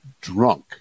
drunk